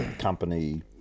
company